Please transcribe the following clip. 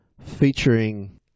featuring